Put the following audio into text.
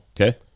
Okay